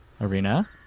Arena